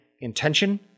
intention